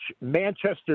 Manchester